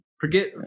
Forget